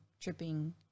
tripping